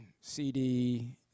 cd